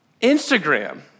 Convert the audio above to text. Instagram